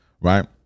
right